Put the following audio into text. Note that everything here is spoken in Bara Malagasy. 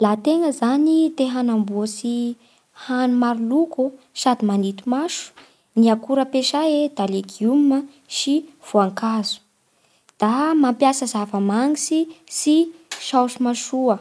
Laha tegna zany te hanamboatsy hany maro loko sady maninto maso: ny akora ampiasay e da legioma sy voankazo da mampiasa zava-magnitsy sy saôsy mahasoa.